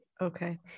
Okay